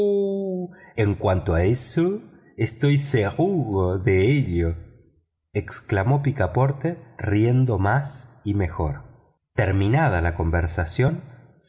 cuanto a eso estoy seguro de ello exclamó picaporte riéndose más y mejor terminada la conversación